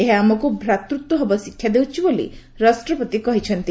ଏହା ଆମକୁ ଭାତୃତ୍ୱଭାବ ଶିକ୍ଷା ଦେଉଛି ବୋଲି ରାଷ୍ଟ୍ରପତି କହିଛନ୍ତି